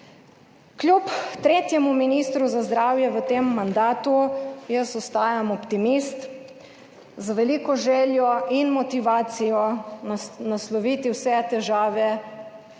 Kljub tretjemu ministru za zdravje v tem mandatu, jaz ostajam optimist, z veliko željo in motivacijo nasloviti vse težave o